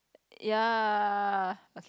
ya okay~